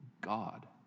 God